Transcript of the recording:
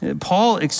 Paul